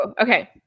okay